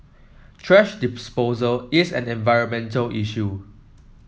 thrash disposal is an environmental issue